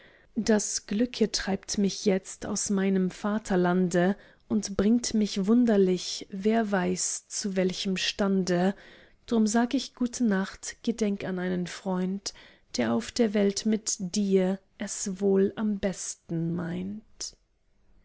das glücke treibt mich jetzt aus meinem vaterlande und bringt mich wunderlich wer weiß zu welchem stande drum sag ich gute nacht gedenk an einen freund der auf der welt mit dir es wohl am besten meint